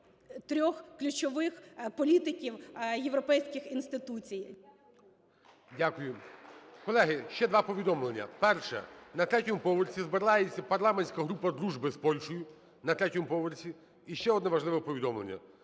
трьох ключових політиків європейських інституцій.